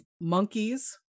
monkeys